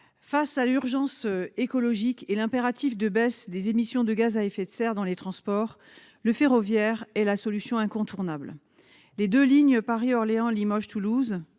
face à l'urgence écologique et à l'impératif de baisse des émissions de gaz à effet de serre dans les transports, le ferroviaire est la solution incontournable. Les deux lignes Paris-Orléans-Limoges-Toulouse